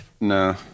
No